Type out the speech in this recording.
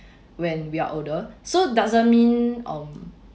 when we are older so doesn't mean um